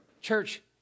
Church